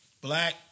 black